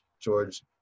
George